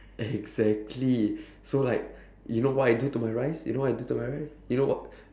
exactly so like you know what I do to my rice you know what I do to my rice you know wh~